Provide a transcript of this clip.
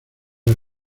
las